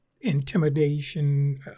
intimidation